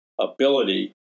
ability